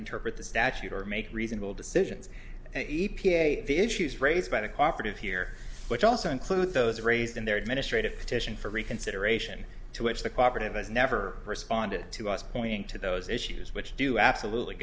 interpret the statute or make reasonable decisions p a a the issues raised by the cooperative here which also include those raised in their administrative petition for reconsideration to which the cooperative as never responded to us pointing to those issues which do absolutely